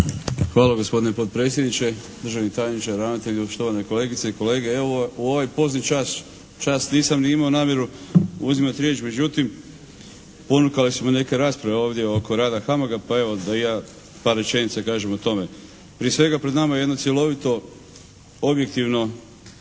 Hvala gospodine potpredsjedniče, državni tajniče, ravnatelju, štovane kolegice i kolege. Evo, u ovaj pozni čas nisam ni imao namjeru uzimati riječ međutim, ponukale su me neke rasprave ovdje oko rada HAMAG-a pa evo, da i ja par rečenica kažem o tome. Prije svega pred nama je jedno cjelovito objektivno